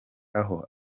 aho